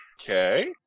Okay